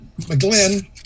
McGlynn